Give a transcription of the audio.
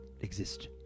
exist